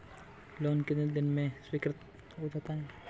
Loan कितने दिन में स्वीकृत हो जाता है?